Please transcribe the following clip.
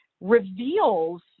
reveals